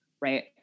right